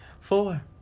Four